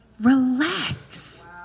Relax